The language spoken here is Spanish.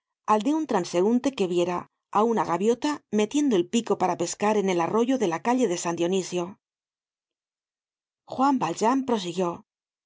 al de un transeunte que viera á una gaviota metiendo el pico para pescar en el arroyo de la calle de san dionisio juan valjean prosiguió